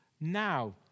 now